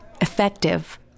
Effective